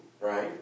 right